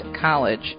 College